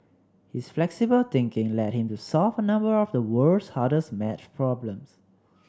his flexible thinking led him to solve a number of the world's hardest maths problems